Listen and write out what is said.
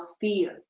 fear